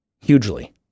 hugely